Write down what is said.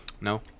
no